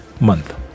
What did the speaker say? month